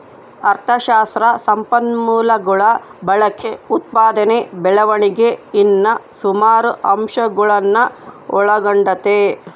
ಅಥಶಾಸ್ತ್ರ ಸಂಪನ್ಮೂಲಗುಳ ಬಳಕೆ, ಉತ್ಪಾದನೆ ಬೆಳವಣಿಗೆ ಇನ್ನ ಸುಮಾರು ಅಂಶಗುಳ್ನ ಒಳಗೊಂಡತೆ